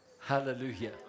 Hallelujah